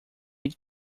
make